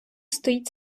стоїть